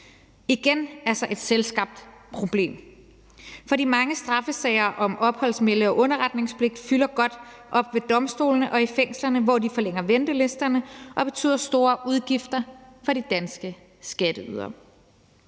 igen et selvskabt problem. For de mange straffesager om opholds-, melde- og underretningspligt fylder godt op ved domstolene og i fængslerne, hvor de forlænger ventelisterne og betyder store udgifter for de danske skatteydere.